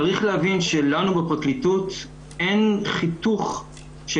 צריך להבין שלנו בפרקליטות אין חיתוך של